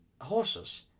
Horses